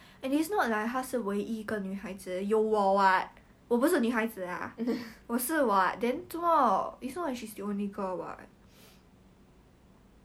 school as it's not same class leh he's like one level lower eh 他 year one 我们 year two liao leh ya he transfer [what] he need to start from the beginning